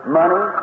money